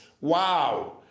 Wow